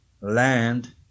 land